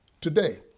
today